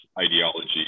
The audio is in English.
ideology